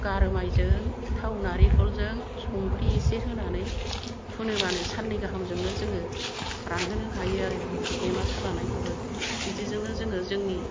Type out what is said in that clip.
गारामायजों थाव नारिखलजों संख्रि एसे होनानै फुनोबानो साननै गाहामजोंनो जोङो रानहोनो हायो आरो बेमा सोलानायखौबो बिदिजोंनो जोङो जोंनि